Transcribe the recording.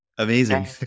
Amazing